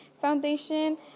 foundation